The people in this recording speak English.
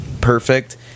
perfect